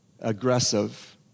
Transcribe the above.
aggressive